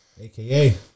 AKA